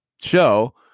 show